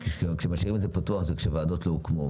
משאירים את זה פתוח במצב שהוועדות לא הוקמו.